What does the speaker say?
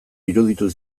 iruditu